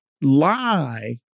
lie